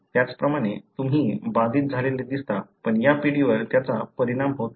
त्याचप्रमाणे तुम्ही बाधित झालेले दिसता पण या पिढीवर त्याचा परिणाम होत नाही